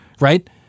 right